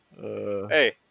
Hey